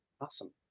Awesome